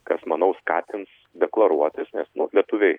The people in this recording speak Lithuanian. kas manau skatins deklaruotis nes nu lietuviai